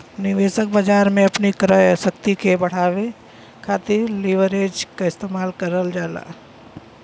निवेशक बाजार में अपनी क्रय शक्ति के बढ़ावे खातिर लीवरेज क इस्तेमाल करल जाला